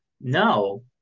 no